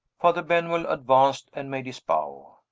father benwell advanced and made his bow.